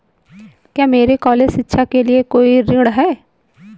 क्या मेरे कॉलेज शिक्षा के लिए कोई ऋण है?